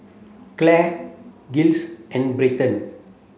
Clair Giles and Bryton